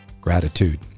gratitude